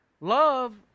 Love